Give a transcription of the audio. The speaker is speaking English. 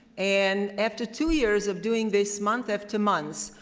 and after two years of doing this month after month,